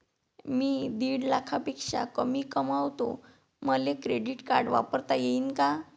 मी दीड लाखापेक्षा कमी कमवतो, मले क्रेडिट कार्ड वापरता येईन का?